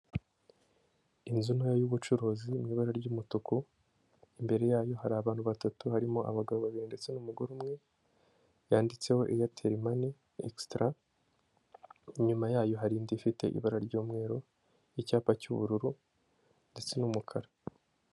Inzu ntoya y'ubucuruzi mu ibara ry'umutuku, imbere yayo hari abantu batatu, harimo abagabo babiri ndetse n'umugore umwe, yanditseho Airtel mani egisitara, inyuma yayo hari indi ifite ibara ry'umweru, icyapa cy'ubururu ndetse n'umukara.